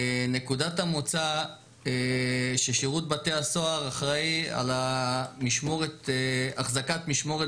נקודת המוצא ששירות בתי הסוהר אחראי על אחזקת משמורת